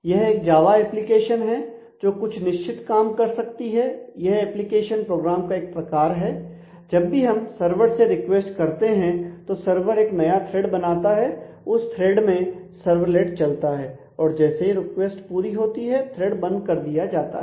यह एक Java application है जो कुछ निश्चित काम कर सकती है यह एप्लीकेशन प्रोग्राम का एक प्रकार है जब भी हम सरवर से रिक्वेस्ट करते हैं तो सर्वर एक नया थ्रेड बनाता है उस थ्रेड में सर्वलेट चलता है और जैसे ही रिक्वेस्ट पूरी होती है थ्रेड बंद कर दिया जाता है